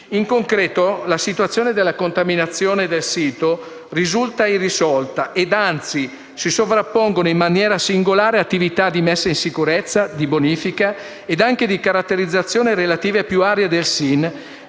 In concreto la situazione della contaminazione del sito risulta irrisolta e, anzi, si sovrappongono in maniera singolare attività di messa in sicurezza, di bonifica e anche di caratterizzazione relative a più aree del SIN,